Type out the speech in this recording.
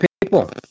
people